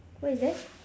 what is that